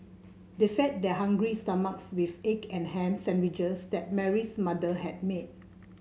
they fed their hungry stomachs with the egg and ham sandwiches that Mary's mother had made